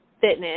fitness